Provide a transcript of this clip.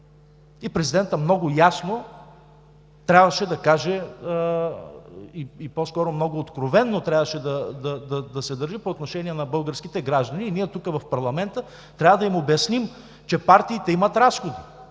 Президентът много ясно трябваше да каже, по-скоро много откровено трябваше да се държи по отношение на българските граждани. Ние тук, в парламента, трябва да им обясним, че партиите имат разходи